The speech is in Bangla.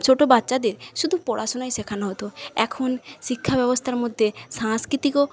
ছোটো বাচ্চাদের শুধু পড়াশোনাই শেখানো হত এখন শিক্ষা ব্যবস্থার মধ্যে সাংস্কৃতিকও